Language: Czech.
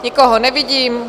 Nikoho nevidím.